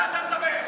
אתה יודע את זה.